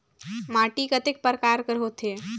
माटी कतेक परकार कर होथे?